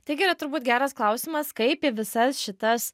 taigi yra turbūt geras klausimas kaip į visas šitas